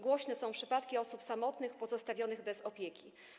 Głośne są przypadki osób samotnych pozostawionych bez opieki.